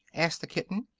asked the kitten.